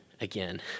again